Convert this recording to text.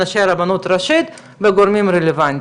אנשי הרבנות הראשית והגורמים הרלוונטיים.